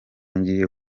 ngiye